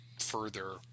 further